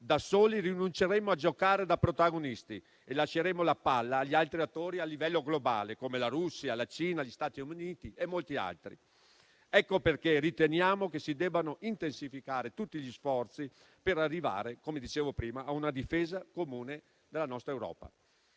Da soli rinunceremmo a giocare da protagonisti e lasceremmo la palla agli altri attori a livello globale, come la Russia, la Cina, gli Stati Uniti e molti altri. Ecco perché riteniamo che si debbano intensificare tutti gli sforzi per arrivare - come dicevo prima - a una difesa comune della nostra Europa.